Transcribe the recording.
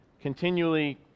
continually